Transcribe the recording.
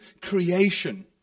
creation